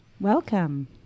Welcome